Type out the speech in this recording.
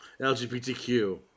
LGBTQ